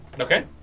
okay